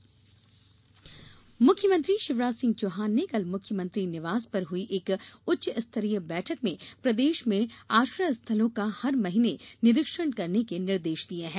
hostel निरीक्षण मुख्यमंत्री शिवराज सिंह चौहान ने कल मुख्यमंत्री निवास पर हुई एक उच्च स्तरीय बैठक में प्रदेश में आश्रय स्थलों का हर महीने निरीक्षण करने के निर्देश दिये हैं